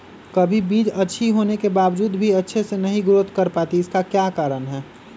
कभी बीज अच्छी होने के बावजूद भी अच्छे से नहीं ग्रोथ कर पाती इसका क्या कारण है?